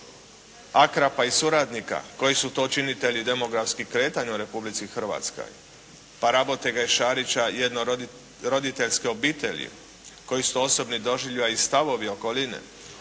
Akrapa i suradnika koji su to činitelji demografskih kretanja u Republici Hrvatskoj, pa Rabotega i Šarića jednoroditeljske obitelji, koji su to osobni doživljaji i stavovi okoline